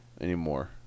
anymore